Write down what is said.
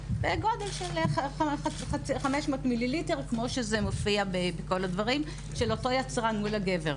בגודל של 500 מיליליטר של אותו יצרן מול המוצר של הגבר.